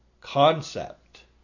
concept